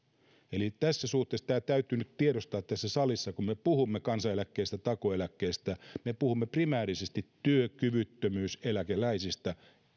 eli tässä suhteessa tämä täytyy nyt tiedostaa tässä salissa että kun me puhumme kansaneläkkeestä takuueläkkeestä me puhumme primäärisesti työkyvyttömyyseläkeläisistä